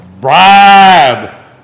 bribe